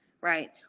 Right